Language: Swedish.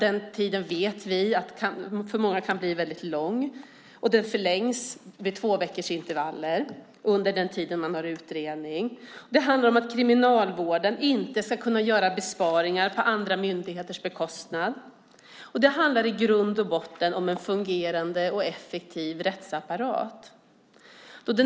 Vi vet att den tiden kan bli väldigt lång för många, och den förlängs med tvåveckorsintervaller under den tid det görs utredning. Det handlar om att Kriminalvården inte ska kunna göra besparingar på andra myndigheters bekostnad. Det handlar i grund och botten om en fungerande och effektiv rättsapparat.